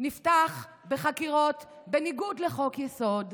נפתח בחקירות בניגוד לחוק-יסוד.